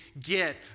get